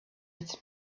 its